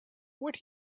would